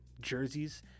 jerseys